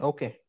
Okay